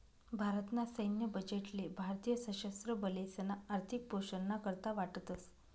भारत ना सैन्य बजेट ले भारतीय सशस्त्र बलेसना आर्थिक पोषण ना करता वाटतस